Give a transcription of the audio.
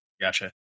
gotcha